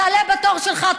תעלה בתור שלך,